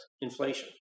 inflation